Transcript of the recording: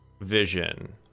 Vision